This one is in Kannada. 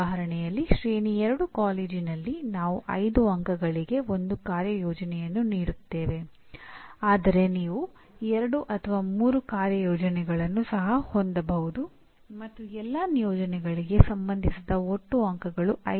ಮತ್ತು ಅದೇ ಲೆಕ್ಕದಲ್ಲಿ ವಿದ್ಯಾರ್ಥಿಗಳು ತಾವು ಸಾಧಿಸಲು ಪ್ರಯತ್ನಿಸುತ್ತಿರುವುದರ ಬಗ್ಗೆ ಸ್ಪಷ್ಟವಾಗಿದ್ದಾರೆ ಮತ್ತು ಅವರು ತಮ್ಮ ಸ್ವಂತ ಕಲಿಕೆಗೆ ಹೆಚ್ಚಿನ ಜವಾಬ್ದಾರಿಯನ್ನು ತೆಗೆದುಕೊಳ್ಳಬಹುದು